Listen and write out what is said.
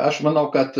aš manau kad